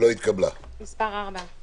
הצבעה ההסתייגות לא אושרה.